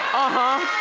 ah huh.